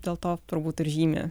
dėl to turbūt ir žymi